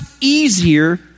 easier